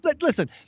listen